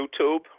YouTube